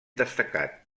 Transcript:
destacat